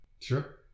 Sure